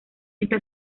esta